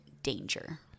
danger